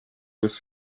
with